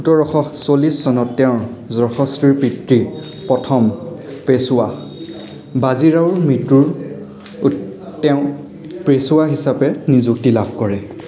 সোতৰশ চল্লিছ চনত তেওঁৰ যশস্বী পিতৃ প্ৰথম পেশ্বোৱা বাজিৰাওৰ মৃত্যুৰ তেওঁ পেশ্বোৱা হিচাপে নিযুক্তি লাভ কৰে